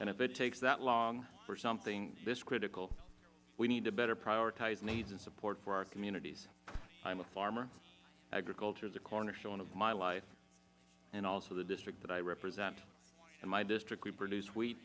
and if it takes that long for something this critical we need to better prioritize the needs and support for our communities i am a farmer agriculture is the cornerstone of my life and also the district that i represent in my district we produce